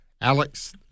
Alex